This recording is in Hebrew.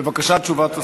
בבקשה, תשובת השר.